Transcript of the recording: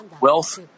wealth